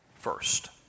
First